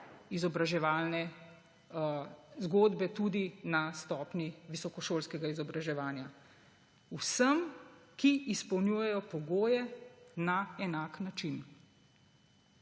izobraževalne zgodbe – tudi na stopnji visokošolskega izobraževanja – vsem, ki izpolnjujejo pogoje, na enak način.